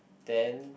then